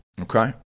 Okay